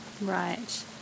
Right